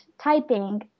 typing